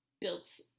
built